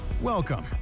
Welcome